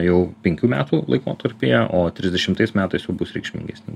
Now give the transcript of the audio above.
jau penkių metų laikotarpyje o trisdešimtais metais jau bus reikšmingesni